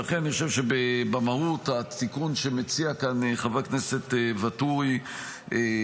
לכן אני חושב שבמהות התיקון שמציע כאן חבר הכנסת ואטורי בא